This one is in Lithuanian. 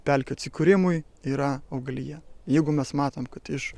pelkių atsikūrimui yra augalija jeigu mes matome kad iš